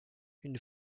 une